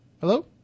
Hello